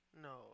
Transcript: No